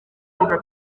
mirror